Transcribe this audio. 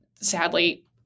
sadly